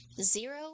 Zero